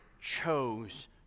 chose